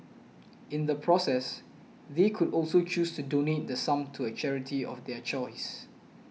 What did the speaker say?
in the process they could also choose to donate the sum to a charity of their choice